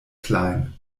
klein